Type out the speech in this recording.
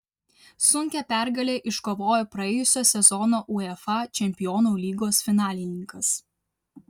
sunkią pergalę iškovojo praėjusio sezono uefa čempionų lygos finalininkas